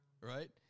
right